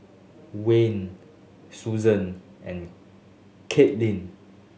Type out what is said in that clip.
Wayne Suzy and Kathaleen